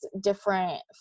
different